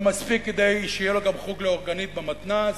ומספיק כדי שיהיה לו גם חוג לאורגנית במתנ"ס.